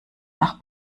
nach